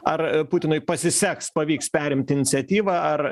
ar putinui pasiseks pavyks perimt iniciatyvą ar